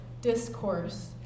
discourse